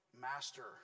master